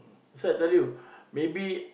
that's why I tell you maybe